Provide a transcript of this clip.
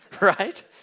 Right